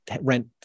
rent